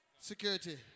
Security